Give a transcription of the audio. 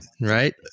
Right